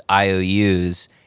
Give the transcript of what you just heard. IOUs